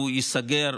ייסגר,